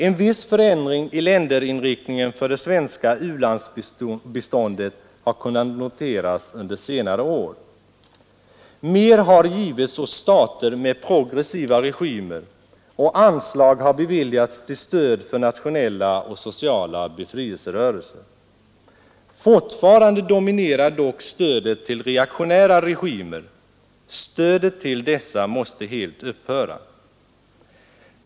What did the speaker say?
En viss förändring i länderinriktningen för det svenska u-landsbiståndet har kunnat noteras under senare år. Mer har givits åt stater med progressiva regimer och anslag har beviljats till stöd för nationella och sociala befrielserörelser. Fortfarande dominerar dock stödet till reaktionära regimer. Stödet till dessa måste helt upphöra.